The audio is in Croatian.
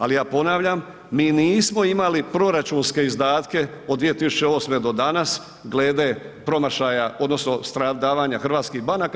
Ali ja ponavljam, mi nismo imali proračunske izdatke od 2008. do danas glede promašaja odnosno stradavanja hrvatskih banaka.